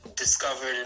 discovered